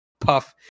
puff